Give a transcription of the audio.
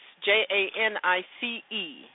J-A-N-I-C-E